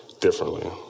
differently